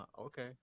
okay